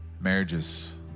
Marriages